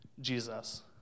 Jesus